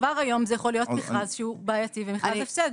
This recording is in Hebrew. כבר היום זה יכול להיות מכרז שהוא בעייתי ומכרז הפסד.